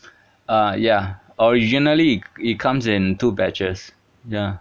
uh ya originally it it comes in two batches ya